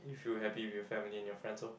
you feel happy with your family and your friends lor